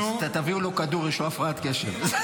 תביאו לו כדור, יש לו הפרעת קשב.